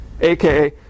aka